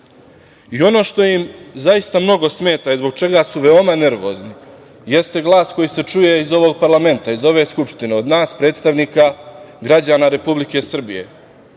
ono što im zaista mnogo smeta i zbog čega su veoma nervozni jeste glas koji se čuje iz ovog parlamenta, iz ove Skupštine, od nas, predstavnika građana Republike Srbije.